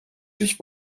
sich